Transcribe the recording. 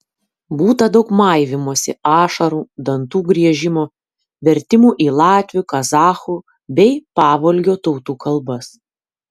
būta daug maivymosi ašarų dantų griežimo vertimų į latvių kazachų bei pavolgio tautų kalbas